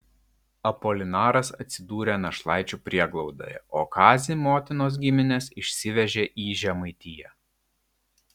apolinaras atsidūrė našlaičių prieglaudoje o kazį motinos giminės išsivežė į žemaitiją